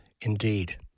indeed